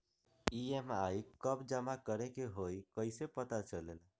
EMI कव जमा करेके हई कैसे पता चलेला?